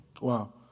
Wow